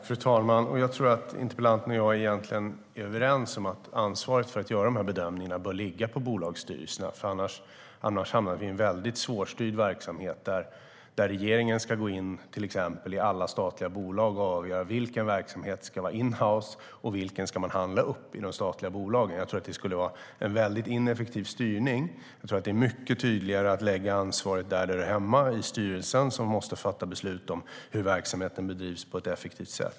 Fru talman! Jag tror att interpellanten och jag egentligen är överens om att ansvaret för att göra de här bedömningarna bör ligga på bolagsstyrelserna. Annars hamnar vi nämligen i en svårstyrd verksamhet där regeringen ska gå in till exempel i alla statliga bolag och avgöra vilken verksamhet som ska vara inhouse och vilken som ska handlas upp i de statliga bolagen. Jag tror att det skulle vara en väldigt ineffektiv styrning. Jag tror att det är mycket tydligare att lägga ansvaret där det hör hemma, det vill säga i styrelsen. Styrelsen måste fatta beslut om hur verksamheten bedrivs på ett effektivt sätt.